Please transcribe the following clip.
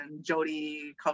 Jody